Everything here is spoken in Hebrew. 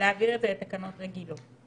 להעביר את זה לתקנות רגילות.